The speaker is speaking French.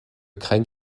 craig